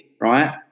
right